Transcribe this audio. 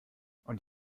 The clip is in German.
und